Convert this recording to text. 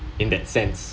in that's sense